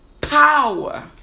power